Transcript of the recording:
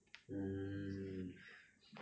mm